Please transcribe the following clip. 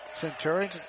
Centurion